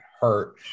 hurt